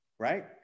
Right